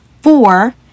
Four